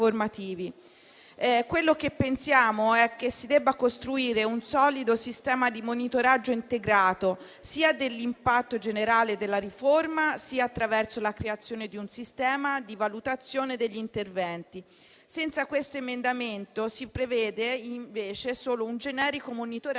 Pensiamo che si debba costruire un solido sistema di monitoraggio integrato sia dell'impatto generale della riforma sia attraverso la creazione di un sistema di valutazione degli interventi. Senza questo emendamento, si prevede invece solo un generico monitoraggio dei